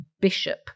bishop